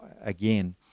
again